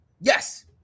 Yes